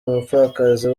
umupfakazi